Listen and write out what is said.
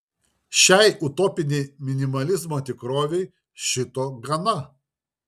šiai utopinei minimalizmo tikrovei šito gana